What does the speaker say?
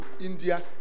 India